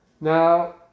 Now